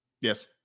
Yes